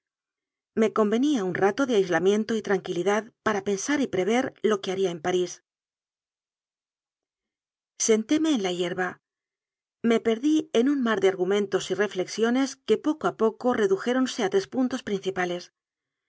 me convenía un rato de ais lamiento y tranquilidad para pensar y prever lo que haría en parís sentóme en la hierba me perdí en un mar de argumentos y reflexiones que poco a poco redujéronse a tres puntos principales